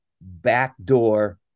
backdoor